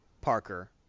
Parker